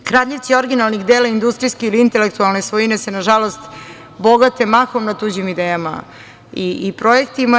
Kradljivci originalnih dela industrijske ili intelektualne svojine se nažalost bogate mahom na tuđim idejama i projektima.